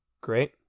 Great